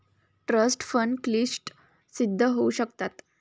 trust fund क्लिष्ट सिद्ध होऊ शकतात